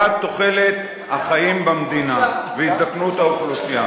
תוחלת החיים במדינה והזדקנות האוכלוסייה.